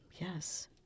Yes